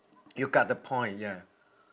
you got the point ya